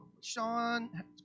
Sean